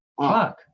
Fuck